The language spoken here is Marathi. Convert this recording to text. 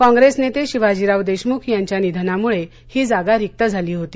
काँप्रेस नेते शिवाजीराव देशमुख यांच्या निधनामुळे ही जागा रिक्त झाली होती